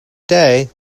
day